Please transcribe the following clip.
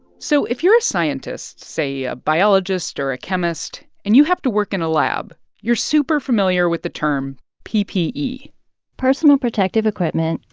so if you're a scientist say, a biologist or a chemist and you have to work in a lab, you're super familiar with the term ppe personal protective equipment,